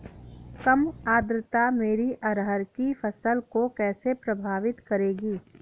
कम आर्द्रता मेरी अरहर की फसल को कैसे प्रभावित करेगी?